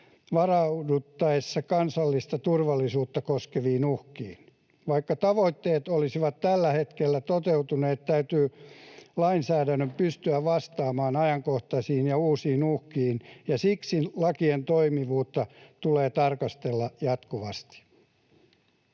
varauduttaessa kansallista turvallisuutta koskeviin uhkiin. Vaikka tavoitteet olisivat tällä hetkellä toteutuneet, täytyy lainsäädännön pystyä vastaamaan ajankohtaisiin ja uusiin uhkiin, ja siksi lakien toimivuutta tulee tarkastella jatkuvasti.